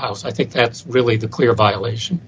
house i think that's really the clear violation